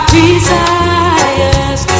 desires